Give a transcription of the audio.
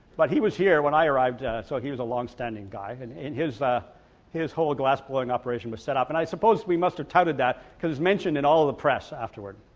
but he was here when i arrived so he was a long standing guy and his ah his whole glassblowing operation was set up and i suppose we must have touted that because it's mentioned in all the press afterward,